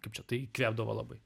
kaip čia tai įkvėpdavo labai